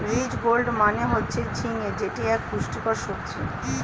ridge gourd মানে হচ্ছে ঝিঙ্গা যেটি এক পুষ্টিকর সবজি